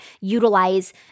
utilize